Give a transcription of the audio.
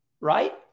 right